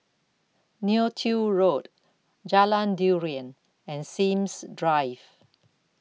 Neo Tiew Road Jalan Durian and Sims Drive